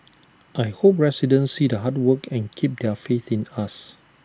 I hope residents see the hard work and keep their faith in us